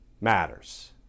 matters